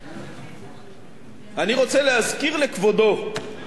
אני רוצה להזכיר לכבודו ולאנשי מפלגתו